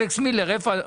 אלכס מילר, איפה?